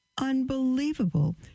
Unbelievable